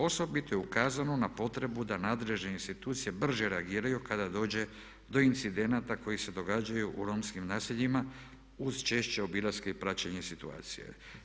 Osobito je ukazano na potrebu da nadležne institucije brže reagiraju kada dođe do incidenata koji se događaju u romskim naseljima uz češće obilaske i praćenje situacije.